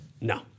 No